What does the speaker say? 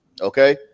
Okay